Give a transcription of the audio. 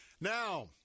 Now